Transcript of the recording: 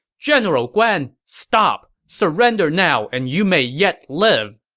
general guan, stop! surrender now and you may yet live!